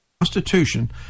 Constitution